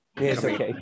yes